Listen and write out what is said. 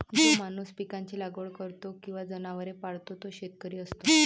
जो माणूस पिकांची लागवड करतो किंवा जनावरे पाळतो तो शेतकरी असतो